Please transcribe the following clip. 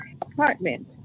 apartment